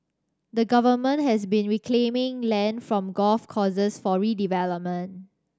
the Government has been reclaiming land from golf courses for redevelopment